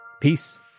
Peace